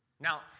Now